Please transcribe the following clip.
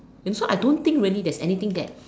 and so I don't think really there's anything that